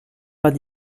vingt